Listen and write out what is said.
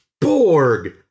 Borg